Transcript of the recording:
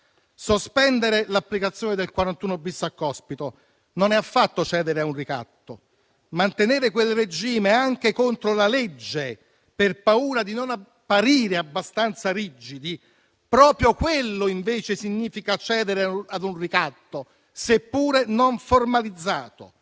Sospendere l'applicazione del 41-*bis* a Cospito non è affatto cedere a un ricatto. Mantenere quel regime, anche contro la legge, per paura di non apparire abbastanza rigidi, proprio quello invece significa cedere ad un ricatto, seppure non formalizzato.